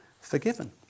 forgiven